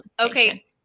Okay